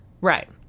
right